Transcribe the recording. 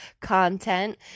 content